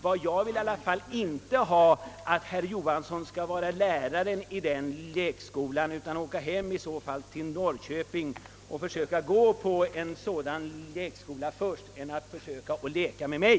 Jag vill under alla förhållanden inte att herr Johansson skall vara lärare i den lekskolan, utan han får väl åka hem till Norrköping och gå på lekskola där i stället för att försöka leka med mig!